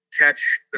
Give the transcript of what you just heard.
catch